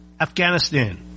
Afghanistan